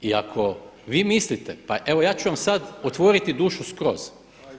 I ako vi mislite pa evo ja ću vam sada otvoriti dušu skroz.